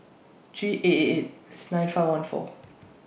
three eight eight eight nine five one four